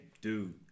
dude